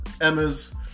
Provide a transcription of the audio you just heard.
emma's